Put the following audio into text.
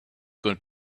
gonna